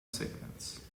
signals